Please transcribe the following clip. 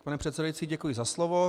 Pane předsedající, děkuji za slovo.